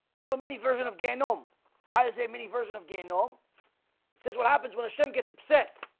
a little mini version of gangnam hi this a mini version of gain no it says what happens when hashem gets upset